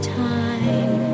time